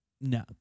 no